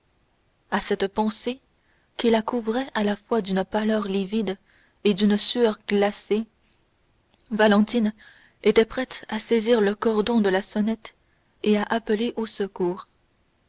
à cette pensée qui la couvrait à la fois d'une pâleur livide et d'une sueur glacée valentine était prête à saisir le cordon de la sonnette et à appeler au secours